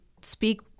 speak